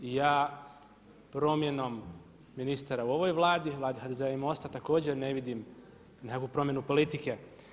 I ja promjenom ministara u ovoj Vladi, Vladi HDZ-a i MOST-a također ne vidim nekakvu promjenu politike.